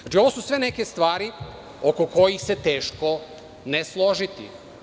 Znači, ovo su sve neke stvari oko kojih se teško ne složiti.